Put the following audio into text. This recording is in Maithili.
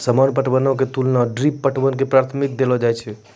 सामान्य पटवनो के तुलना मे ड्रिप पटवन के प्राथमिकता देलो जाय छै